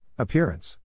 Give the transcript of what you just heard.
Appearance